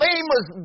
Famous